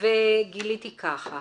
וגיליתי ככה